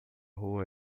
rua